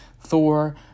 Thor